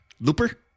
Looper